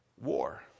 War